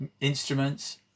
instruments